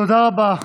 תודה רבה